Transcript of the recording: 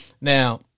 Now